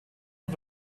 und